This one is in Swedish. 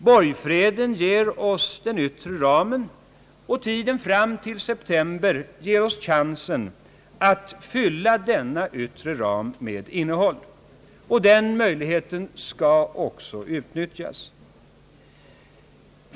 Borgfreden ger oss den yttre ramen, och tiden fram till september ger oss chansen att fylla denna yttre ram med innehåll. Den möjligheten skall också utnyttjas.